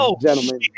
gentlemen